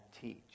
teach